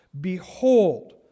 Behold